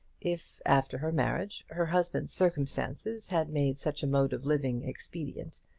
if, after her marriage, her husband's circumstances had made such a mode of living expedient.